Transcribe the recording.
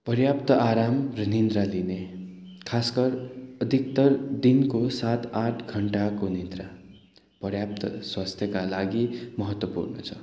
पर्याप्त आरम र निन्द्राले खासगर अधिक्तर दिनको सात आठ घन्टाको निद्रा पर्याप्त स्वस्थ्यका लागि महत्त्वपूर्ण छ